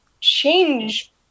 change